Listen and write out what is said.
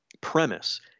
premise